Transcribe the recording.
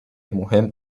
مهم